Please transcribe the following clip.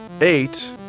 eight